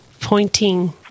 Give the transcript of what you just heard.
pointing